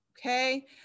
okay